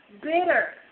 bitter